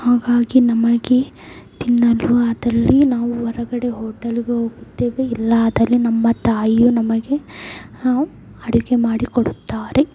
ಹಾಗಾಗಿ ನಮಗೆ ತಿನ್ನಲು ಆದಲ್ಲಿ ನಾವು ಹೊರಗಡೆ ಹೋಟಲ್ಗೆ ಹೋಗುತ್ತೇವೆ ಇಲ್ಲ ಆದಲ್ಲಿ ನಮ್ಮ ತಾಯಿಯು ನಮಗೆ ಅಡುಗೆ ಮಾಡಿ ಕೊಡುತ್ತಾರೆ